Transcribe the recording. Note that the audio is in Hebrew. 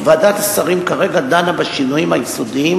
כי ועדת השרים כרגע דנה בשינויים היסודיים,